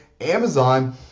Amazon